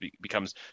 becomes